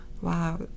wow